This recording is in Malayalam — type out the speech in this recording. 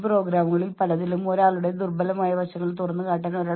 അതാകട്ടെ നിങ്ങളെ പിരിച്ചുവിടാനുള്ള സാധ്യത വർദ്ധിപ്പിക്കുന്നു